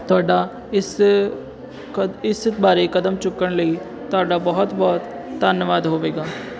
ਤੁਹਾਡਾ ਇਸ ਕ ਇਸ ਬਾਰੇ ਕਦਮ ਚੁੱਕਣ ਲਈ ਤੁਹਾਡਾ ਬਹੁਤ ਬਹੁਤ ਧੰਨਵਾਦ ਹੋਵੇਗਾ